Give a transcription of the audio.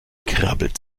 krabbelt